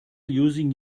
using